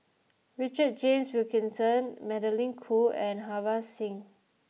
Richard James Wilkinson Magdalene Khoo and Harbans Singh